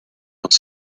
dans